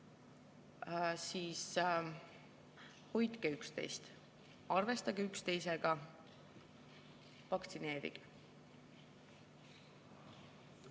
on: hoidke üksteist, arvestage üksteisega, vaktsineerige.